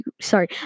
Sorry